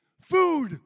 food